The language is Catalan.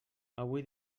hui